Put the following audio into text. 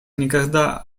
никогда